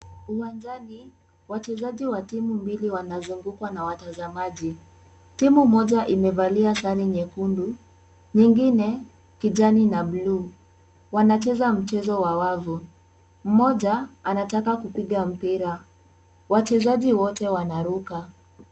Uwanjani, wachezaji wa timu mbili wanazungukwa na watazamaji. Timu moja imevalia sare nyekundu, nyingine kijani na bluu. Wanacheza mchezo wa wavu. Mmoja anataka kupiga mpira. Wachezaji wote wanaruka.